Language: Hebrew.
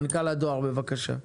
מנכ"ל הדואר, בבקשה.